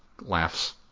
laughs